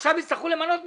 עכשיו יצטרכו למנות מישהו,